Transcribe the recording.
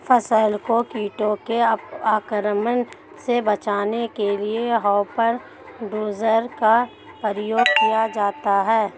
फसल को कीटों के आक्रमण से बचाने के लिए हॉपर डोजर का प्रयोग किया जाता है